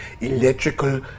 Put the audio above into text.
electrical